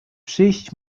przyjść